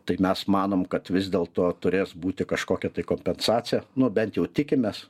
tai mes manom kad vis dėlto turės būti kažkokia tai kompensacija nuo bent jau tikimės